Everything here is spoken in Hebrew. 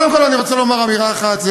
קודם כול, אני רוצה לומר אמירה אחת.